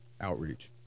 Outreach